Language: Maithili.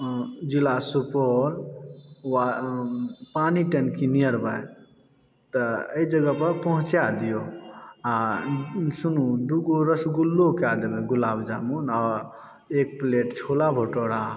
जिला सुपौल पानी टंकी नीयर बाय त एहि जगह पर पहुँचा दिऔ आ सुनू दू गो रसगुल्लो कए देबै गुलाब जामुन आओर एक प्लेट छोला भठूरा